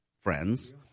friends